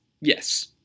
Yes